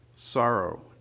Sorrow